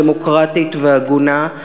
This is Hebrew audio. דמוקרטית והגונה,